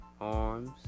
arms